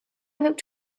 looked